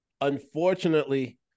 Unfortunately